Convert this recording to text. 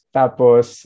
tapos